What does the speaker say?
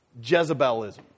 Jezebelism